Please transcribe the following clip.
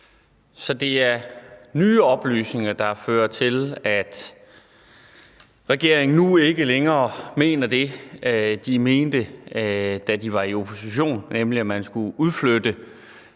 Så det er nye oplysninger, der fører til, at regeringen nu ikke længere mener det, de mente, da de var i opposition, nemlig at man skulle udflytte